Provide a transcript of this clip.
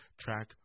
track